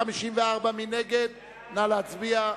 הוועדה, נתקבלו.